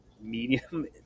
medium